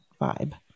vibe